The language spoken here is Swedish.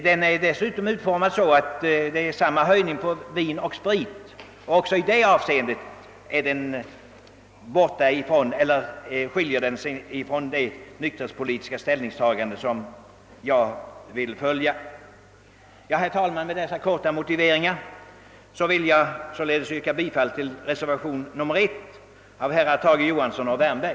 Deras förslag är dessutom utforma så att det medför samma höjning på vir och sprit. Också i det avseendet skiljer den sig från det nykterhetspolitiska ställningstagande jag anser man bör göra. Herr talman! Med dessa kortfattade motiveringar vill jag således yrka bifall till reservation nr 1 av herrar Tage Johansson och Wärnberg.